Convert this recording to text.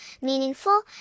meaningful